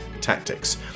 tactics